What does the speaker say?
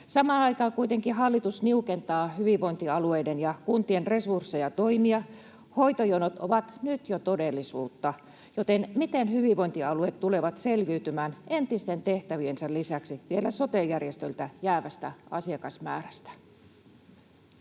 Samaan aikaan kuitenkin hallitus niukentaa hyvinvointialueiden ja kuntien resursseja toimia. Hoitojonot ovat nyt jo todellisuutta, joten miten hyvinvointialueet tulevat selviytymään entisten tehtäviensä lisäksi vielä sote-järjestöiltä jäävästä asiakasmäärästä?